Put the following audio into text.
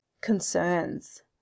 Concerns